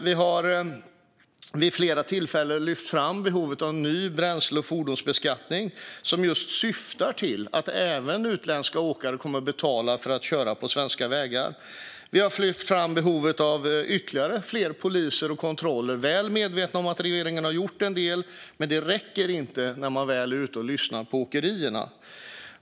Vi har vid flera tillfällen lyft fram behovet av en ny bränsle och fordonsbeskattning som just syftar till att även utländska åkare ska betala för att köra på svenska vägar. Vi har lyft fram behovet av ytterligare fler poliser och kontroller. Vi är väl medvetna om att regeringen har gjort en del, men att det inte räcker hör man när man väl är ute och lyssnar på åkerierna.